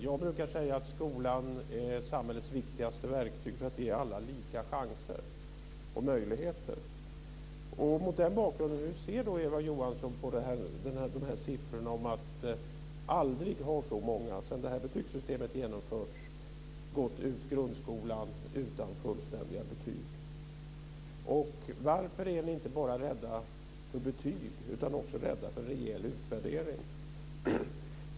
Jag brukar säga att skolan är samhällets viktigaste verktyg för att ge alla lika chanser och möjligheter. Mot den bakgrunden undrar jag hur Eva Johansson ser på siffrorna om att aldrig, sedan det här betygssystemet genomfördes, har så många gått ut grundskolan utan fullständiga betyg. Varför är ni inte bara rädda för betyg utan också rädda för en rejäl utvärdering?